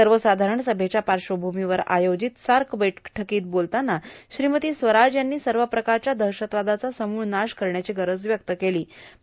सवसाधारण सभेच्या पाश्वभूमीवर अयोजित साक बैठकांत बोलताना श्रीमती स्वराज यांनी सव प्रकारच्या दहशतवादाचा समूळ नाश करण्याची गरज व्यक्त केलां